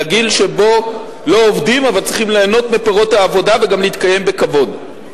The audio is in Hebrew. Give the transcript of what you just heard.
לגיל שבו לא עובדים אבל צריכים ליהנות מפירות העבודה וגם להתקיים בכבוד.